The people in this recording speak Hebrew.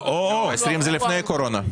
2020 זה לפני הקורונה.